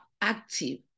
active